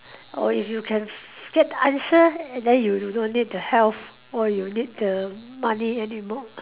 or if you can get the answer and then you you don't need the health or you need the money anymore